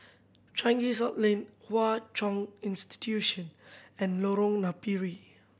Changi South Leng Hwa Chong Institution and Lorong Napiri